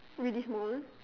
really small